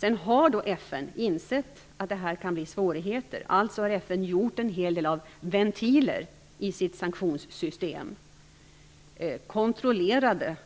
FN har insett att detta kan innebära svårigheter och skapat en hel del ventiler i sitt sanktionssystem. Det finns kontrollerade